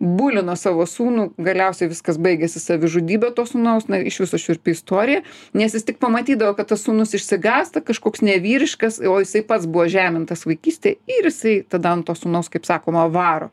bulino savo sūnų galiausiai viskas baigėsi savižudybe to sūnaus iš viso šiurpi istorija nes jis tik pamatydavo kad tas sūnus išsigąsta kažkoks nevyriškas o jisai pats buvo žemintas vaikystėj ir jisai tada ant to sūnus kaip sakoma varo